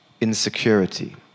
insecurity